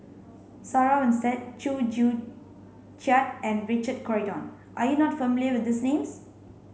Sarah Winstedt Chew Joo Chiat and Richard Corridon are you not familiar with these names